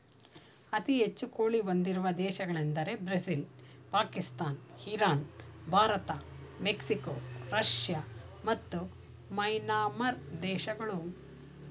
ಅತಿ ಹೆಚ್ಚು ಕೋಳಿ ಹೊಂದಿರುವ ದೇಶಗಳೆಂದರೆ Brazil Pakistan Iran Bharat Mexico Russia ಮತ್ತು ಮ್ಯಾನ್ಮಾರ್ ದೇಶಗಳು